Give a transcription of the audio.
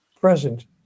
present